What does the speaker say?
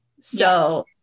So-